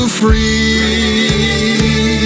free